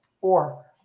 Four